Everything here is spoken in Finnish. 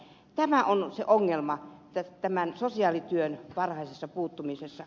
tämä on se ongelma sosiaalityön varhaisessa puuttumisessa